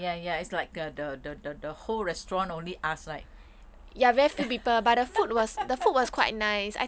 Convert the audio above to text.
oh ya ya ya it's like a d~ d~ d~ d~ the whole restaurant only us like